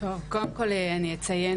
קודם כל אני אציין,